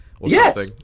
yes